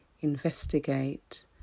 investigate